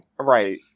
Right